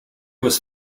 was